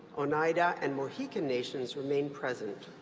oneida and mohican nations remain present.